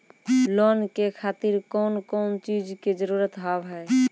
Loan के खातिर कौन कौन चीज के जरूरत हाव है?